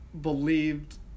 believed